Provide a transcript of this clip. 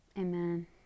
Amen